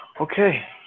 Okay